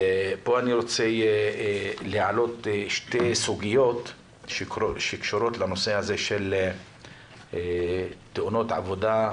פה אני רוצה להעלות שתי סוגיות שקשורות לנושא תאונות עבודה,